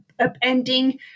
upending